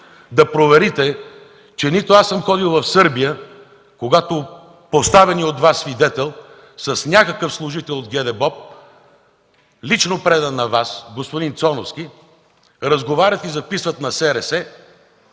да проверите, че аз не съм ходил в Сърбия, след като поставеният от Вас свидетел с някакъв служител от ГДБОП, лично предан на Вас – господин Цоновски, разговарят и записват на СРС,